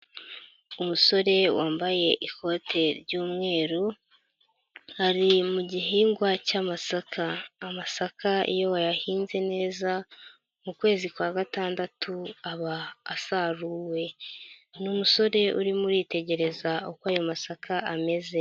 Umusore wambaye ikote ry'umweru ari mu gihingwa cy'amasaka. Amasaka iyo wayahinze neza mu kwezi kwa gatandatu aba asaruwe. Ni umusore urimo uritegereza uko ayo masaka ameze.